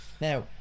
now